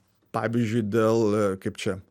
pavyzdžiui dėl kaip čia